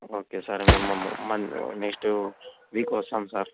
okay sir మేము మళ్ళీ next week వస్తాం సార్